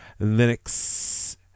Linux